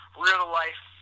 real-life